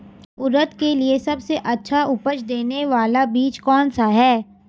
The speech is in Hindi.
उड़द के लिए सबसे अच्छा उपज देने वाला बीज कौनसा है?